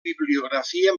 bibliografia